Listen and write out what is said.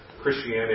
Christianity